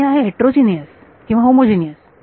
ते आहे हेटरोजीनियस किंवा होमोजीनियस